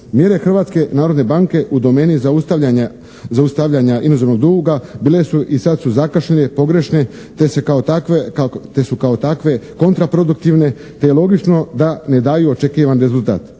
Mjere Hrvatske narodne banke u domeni zaustavljanja inozemnog duga bile su i sad su zakašnjele, pogrešne te su kao takve kontraproduktivne te je logično da ne daju očekivan rezultat.